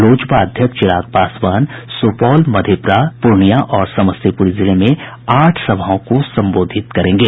लोजपा अध्यक्ष चिराग पासवान सुपौल मधेपुरा पूर्णियां और समस्तीपुर जिले में आठ सभाओं को संबोधित करेंगे